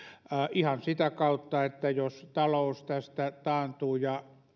ihan sitä kautta että jos talous tästä taantuu ja